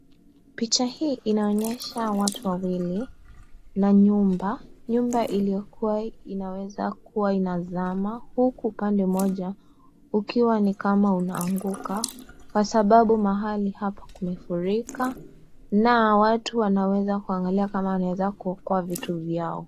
Picha hii inaonyesha watu wawili nyumba nyumba ilio kuwa inazamapo upande moja huku ukiwa ni kama inaanguka kwa sababu mahali hapo imefurika na hao watu wanaangalia kama wanaweza kuokoa vitu vyao.